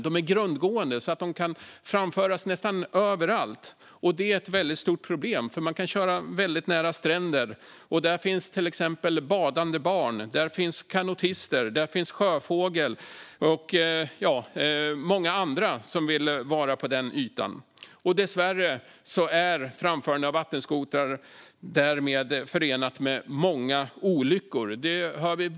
De är också grundgående, så de kan framföras nästan överallt. Det är ett stort problem eftersom man kan köra väldigt nära stränder med dem, där till exempel badande barn, kanotister, sjöfåglar och många andra vill vara. Dessvärre är framförande av vattenskotrar förenat med många olyckor.